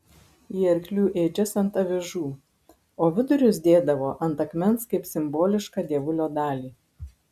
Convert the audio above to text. į arklių ėdžias ant avižų o vidurius dėdavo ant akmens kaip simbolišką dievulio dalį